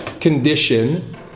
condition